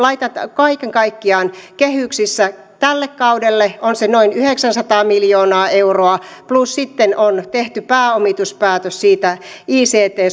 kaiken kaikkiaan kehyksissä tälle kaudelle on se noin yhdeksänsataa miljoonaa euroa plus on tehty pääomituspäätös siitä